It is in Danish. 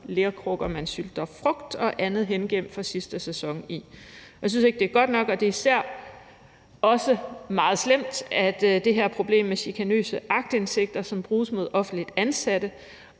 lerkrukker, man sylter frugt og andet hengemt fra sidste sæson i. Jeg synes ikke, det er godt nok, og det er især meget slemt, at det her problem med chikanøse aktindsigter, som bruges mod offentligt ansatte,